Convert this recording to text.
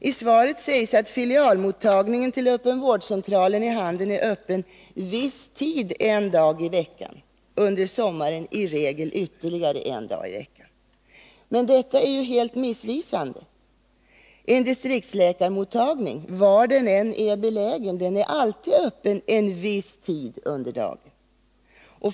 I svaret sägs att filialmottagningen till öppenvårdscentralen är öppen viss tid en dag i veckan, under sommaren i regel ytterligare en dag i veckan. Men detta är ju helt missvisande. En distriktsläkarmottagning, var den än är belägen, är alltid öppen en viss tid under dagen.